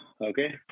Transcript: Okay